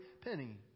penny